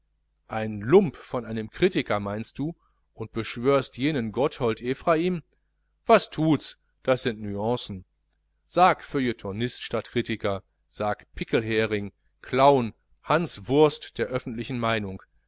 ein lump von einem kritiker meinst du und beschwörst jenen gotthold ephraim was thuts das sind nüancen sag feuilletonist statt kritiker sag pickelhäring clown hanswurst der öffentlichen meinung